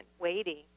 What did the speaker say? waiting